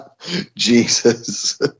Jesus